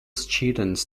students